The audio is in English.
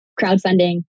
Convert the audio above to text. crowdfunding